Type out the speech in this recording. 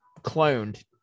cloned